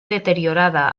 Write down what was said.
deteriorada